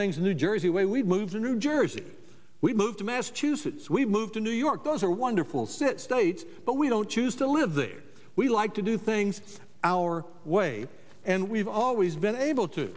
things in new jersey way we've moved to new jersey we moved to massachusetts we've moved to new york those are wonderful sit states but we don't choose to live there we like to do things our way and we've always been able to